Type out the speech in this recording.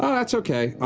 um that's okay.